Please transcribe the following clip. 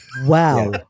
Wow